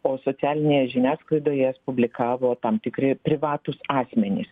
o socialinėje žiniasklaidoje jas publikavo tam tikri privatūs asmenys